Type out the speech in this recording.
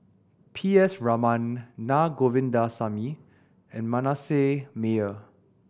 P S Raman Naa Govindasamy and Manasseh Meyer